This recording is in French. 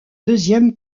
deuxième